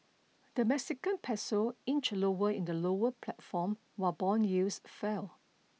the Mexican peso inched lower in the lower platform while bond yields fell